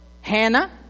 Hannah